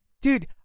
Dude